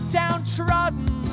downtrodden